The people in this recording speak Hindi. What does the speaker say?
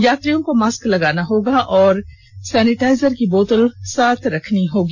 यात्रियों को मास्क लगाना होगा और सेनिटाइजर की बोतल साथ रखनी होगी